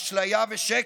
אשליה ושקר.